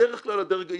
בדרך כלל מתקיימים